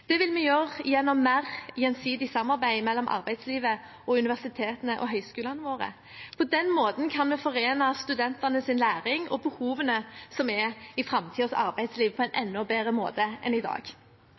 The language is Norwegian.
Det vil vi gjøre gjennom mer gjensidig samarbeid mellom arbeidslivet og universitetene og høyskolene våre. På den måten kan vi forene studentenes læring og behovene i framtidens arbeidsliv på en